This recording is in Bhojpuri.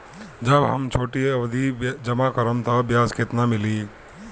जब हम छोटी अवधि जमा करम त ब्याज केतना मिली?